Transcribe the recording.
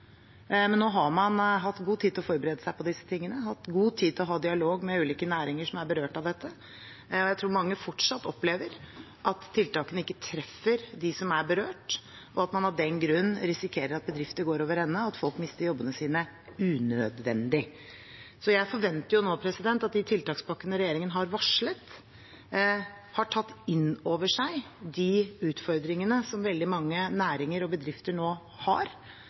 men nå har man hatt god tid til å forberede seg på disse tingene og god tid til å ha dialog med ulike næringer som er berørt av dette. Jeg tror mange fortsatt opplever at tiltakene ikke treffer dem som er berørt, og at man av den grunn risikerer at bedrifter går over ende, og at folk mister jobbene sine unødvendig. Jeg forventer nå at regjeringen med de tiltakspakkene de har varslet, har tatt inn over seg de utfordringene som veldig mange næringer og bedrifter nå har,